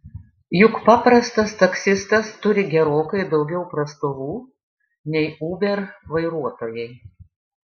juk paprastas taksistas turi gerokai daugiau prastovų nei uber vairuotojai